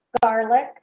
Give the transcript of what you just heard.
garlic